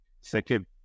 Second